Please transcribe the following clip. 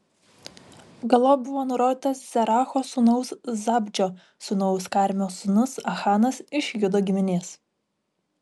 galop buvo nurodytas zeracho sūnaus zabdžio sūnaus karmio sūnus achanas iš judo giminės